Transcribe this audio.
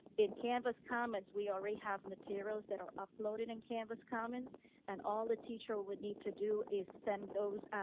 in canvas commons, we already have materials that are uploaded in canvas commons and all the teacher would need to do is send those